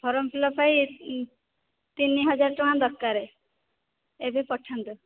form fill up ପାଇଁ ତିନିହଜାର ଟଙ୍କା ଦରକାରେ ଏବେ ପଠାନ୍ତୁ